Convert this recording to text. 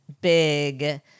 big